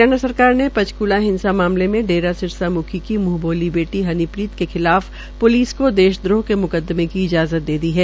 हरियाणा सरकार ने पंचक्ला हिंसा मामले में डेरा प्रम्ख सिरसा म्खी की मुंह बोली बेटी हनीप्रीत के खिलाफ प्लिस को देशद्रोह के म्कदमें की इजाज़त दे दी है